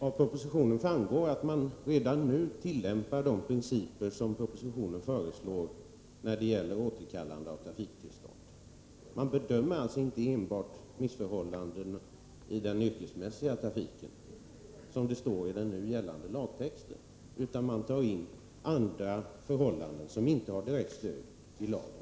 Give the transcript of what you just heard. Av propositionen framgår att man redan nu tillämpar de principer som propositionen föreslår beträffande återkallande av trafiktillstånd. Man bedömer alltså inte enbart missförhållanden i den yrkesmässiga trafiken, vilket står i den nu gällande lagtexten, utan man tar i bedömningen med andra förhållanden — ett förfarande som inte har direkt stöd i lagen.